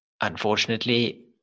Unfortunately